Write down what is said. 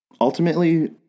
ultimately